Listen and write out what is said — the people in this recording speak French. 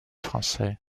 français